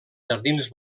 jardins